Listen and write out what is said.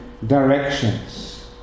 Directions